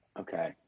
Okay